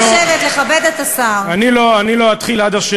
מ-40% מתושבי המדינה מאמינים בכנסת,